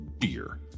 beer